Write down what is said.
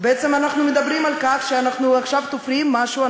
בעצם אנחנו מדברים על כך שאנחנו עכשיו תופרים משהו,